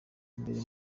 imbere